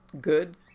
good